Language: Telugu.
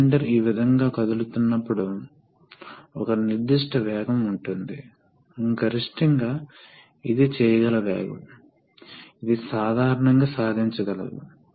మరియు వాల్వ్ C యొక్క అమరిక E కంటే ఎక్కువగా ఉంటుంది కాబట్టి మేము సిస్టమ్ ప్రెషర్ అధిక స్థాయికి పరిమితం చేయవచ్చు